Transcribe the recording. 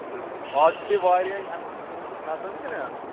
بِلکُل اَز چھِ واریاہ اَمہِ موٗجوٗب نَژَن تہِ نا